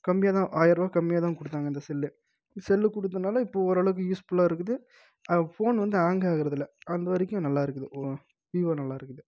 கம்மியாக தான் ஆயரூபா கம்மியாக தான் கொடுத்தாங்க இந்த செல்லு செல்லு கொடுத்தனால இப்போது ஓரளவுக்கு யூஸ்புல்லாக இருக்குது ஃபோன் வந்து ஹேங் ஆகறதில்லை அந்த வரைக்கும் நல்லாயிருக்குது ஓ விவோ நல்லாயிருக்குது